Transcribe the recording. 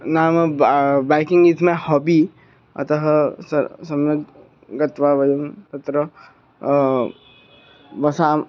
नाम वा baking is my hobby अतः सः सम्यक् गत्वा वयं तत्र वसामः